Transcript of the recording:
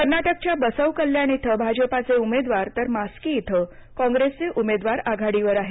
कर्नाटकच्या बसव कल्याण इथं भाजपाचे उमेदवार तर मास्की इथं काँग्रेसचे उमेदवार आघाडीवर आहेत